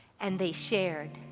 and they share